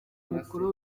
mukuru